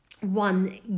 One